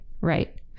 right